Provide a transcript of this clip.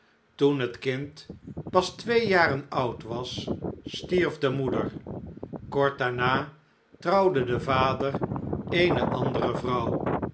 toen het kind pas twee jaren oud was stierf de moeder kort daarna trouwde de vader eene andere vrouw